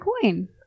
coin